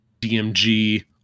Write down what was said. DMG